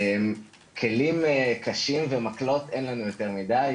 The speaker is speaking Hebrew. כלים קשים ומקלות אין לנו יותר מדי.